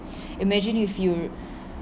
imagine if you